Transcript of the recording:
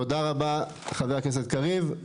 תודה רבה חבר הכנסת קריב.